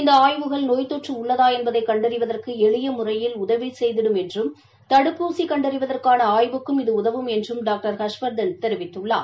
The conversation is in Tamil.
இந்த ஆய்வுகள் நோய் தொறறு உள்ளதா என்பதை கண்டறிவதற்கு எளிய முறையில் உதவி செய்திடும் என்றும் தடுப்பூசி கண்டறிவதற்கான ஆய்வுக்கும் இது உதவும் என்றும் டாக்டர் ஹர்ஷவர்தன் தெரிவித்துள்ளார்